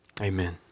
amen